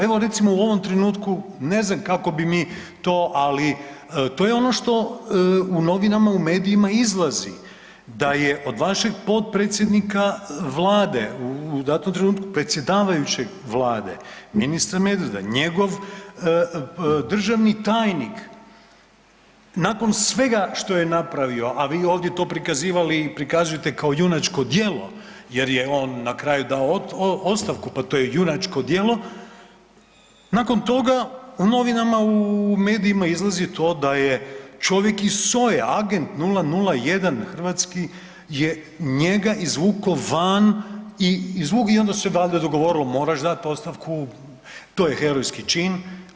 Evo recimo u ovom trenutku ne znam kako bi mi to, ali to je ono što u novinama u medijima izlazi da je od vašeg potpredsjednika Vlade u datom trenutku predsjedavajućeg Vlade ministra Medveda njegov državni tajnik, nakon svega što je napravio, a vi ovdje to prikazivali i prikazujete kao junačko djelo, jer je on na kraju dao ostavku pa to je junačko djelo, nakon toga u novinama u medijima izlazi to da je čovjek iz SOA-e agent 001 hrvatski je njega izvukao van i onda su se valjda dogovorili moraš dati ostavku, to je herojski čin.